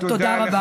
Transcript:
תודה רבה.